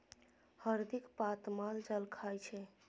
हरदिक पात माल जाल खाइ छै